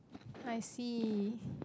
I see